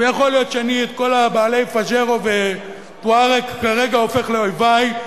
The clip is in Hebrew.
ויכול להיות שאני את כל בעלי "פאג'רו" ו"טוארג" כרגע הופך לאויבי,